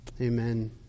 Amen